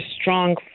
strong